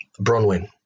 Bronwyn